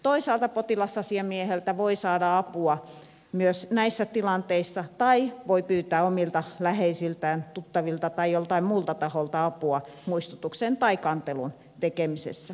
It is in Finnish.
toisaalta potilasasiamieheltä voi saada apua myös näissä tilanteissa tai voi pyytää omilta läheisiltään tuttaviltaan tai joltain muulta taholta apua muistutuksen tai kantelun tekemisessä